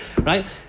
right